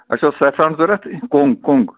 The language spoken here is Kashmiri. اسہِ اوس سیفران ضوٚرَتھ کۄنگ کۄنگ